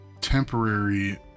temporary